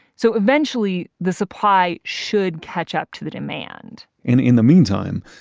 so eventually, the supply should catch up to the demand and in the meantime,